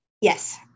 Yes